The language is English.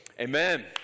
amen